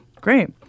Great